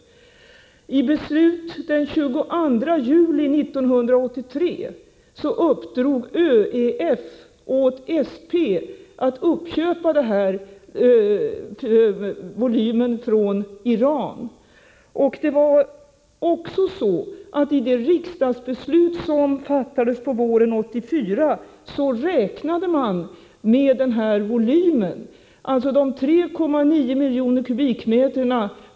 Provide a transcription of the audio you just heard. I beslut den 22 juli 1983 uppdrog ÖEF åt SP att uppköpa denna volym från Iran. Det var också så att man i det riksdagsbeslut som fattades på våren 1984 räknade med den här volymen. I de 3,9 milj. m?